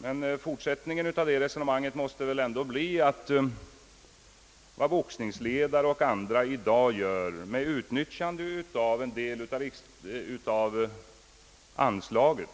Men fortsättningen av det resonemanget måste väl ändå bli, att vad boxningsledare och andra i dag gör med utnyttjande av en del av anslaget